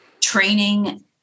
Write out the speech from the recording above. training